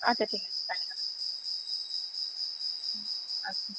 আচ্ছা ঠিক আছে তাই হবে আচ্ছা